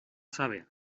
saber